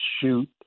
shoot